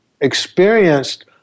experienced